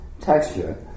texture